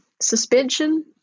suspension